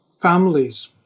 families